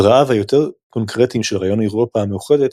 זרעיו היותר קונקרטיים של רעיון אירופה המאוחדת,